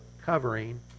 covering